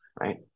right